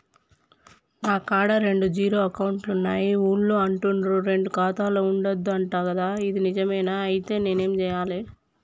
నా కాడా రెండు జీరో అకౌంట్లున్నాయి ఊళ్ళో అంటుర్రు రెండు ఖాతాలు ఉండద్దు అంట గదా ఇది నిజమేనా? ఐతే నేనేం చేయాలే?